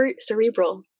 cerebral